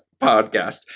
podcast